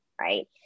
Right